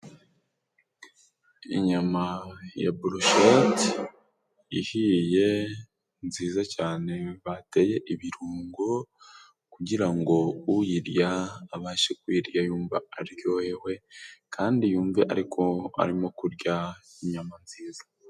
Inyama ya burusheti ihiye nziza cyane bateye ibirungo kugirango uyirya, abashe kuherarya yumva aryohewe, kandi yumve ariko arimo kurya inyama nziza.